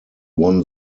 won